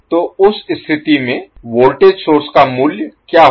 तो उस स्थिति में वोल्टेज सोर्स का मूल्य क्या होगा